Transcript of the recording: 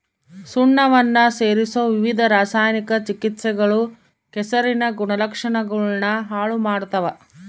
ಸುಣ್ಣವನ್ನ ಸೇರಿಸೊ ವಿವಿಧ ರಾಸಾಯನಿಕ ಚಿಕಿತ್ಸೆಗಳು ಕೆಸರಿನ ಗುಣಲಕ್ಷಣಗುಳ್ನ ಹಾಳು ಮಾಡ್ತವ